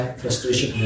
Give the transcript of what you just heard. frustration